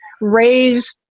raise